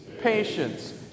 patience